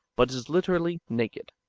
but is literally naked,